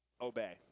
obey